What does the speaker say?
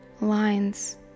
lines